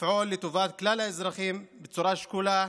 לפעול לטובת כלל האזרחים בצורה שקולה,